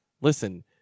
Listen